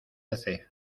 hace